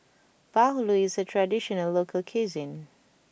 Bahulu is a traditional local cuisine